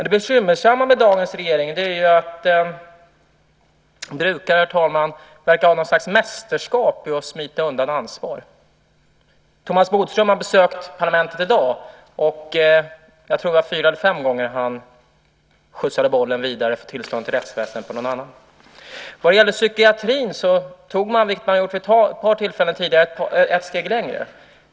Det bekymmersamma med dagens regering är att man, herr talman, verkar ha något slags mästerskap i att smita undan ansvar. Thomas Bodström har besökt parlamentet i dag, och jag tror att det var fyra eller fem gånger som han skjutsade bollen vidare för tillståndet i rättsväsendet till någon annan. Vad gäller psykiatrin gick man vid ett par tillfällen tidigare ett steg längre.